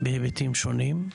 בהיבטים שונים.